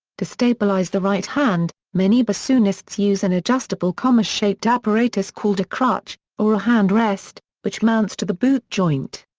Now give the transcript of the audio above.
to stabilize the right hand, many bassoonists use an adjustable comma-shaped apparatus called a crutch, or a hand rest, which mounts to the boot joint.